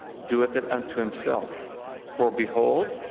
doeth it unto himself for behold,